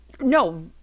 No